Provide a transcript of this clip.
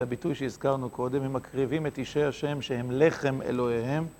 את הביטוי שהזכרנו קודם, הם מקריבים את אישי השם שהם לחם אלוהיהם.